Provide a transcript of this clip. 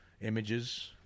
images